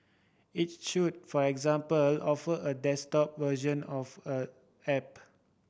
it should for example offer a desktop version of a app